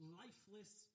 lifeless